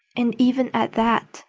and even at that,